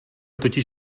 totiž